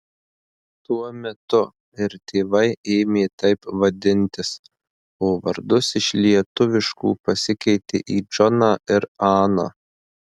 tuo metu ir tėvai ėmė taip vadintis o vardus iš lietuviškų pasikeitė į džoną ir aną